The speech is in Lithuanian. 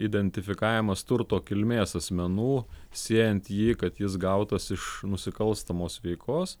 identifikavimas turto kilmės asmenų siejant jį kad jis gautas iš nusikalstamos veikos